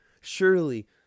Surely